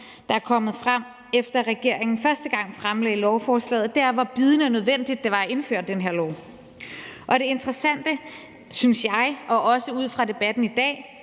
som er kommet frem, efter at regeringen første gang fremsatte lovforslaget, er, at det var bydende nødvendigt at indføre den her lov, og det interessante, synes jeg, også ud fra debatten i dag,